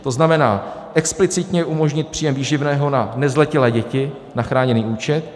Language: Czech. To znamená explicitně umožnit příjem výživného na nezletilé děti na chráněný účet.